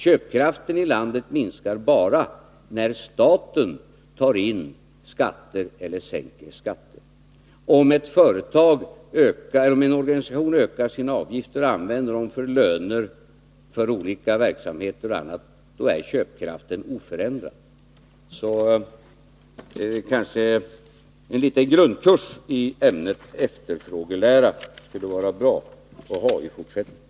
Köpkraften i landet minskar bara när staten tar in skatter eller sänker skatter. Om en organisation ökar sina avgifter och använder dem för löner för olika verksamheter och annat är köpkraften oförändrad. Det kanske för framtiden skulle vara bra med en liten grundkurs i ämnet efterfrågelära.